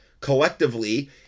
collectively